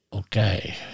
Okay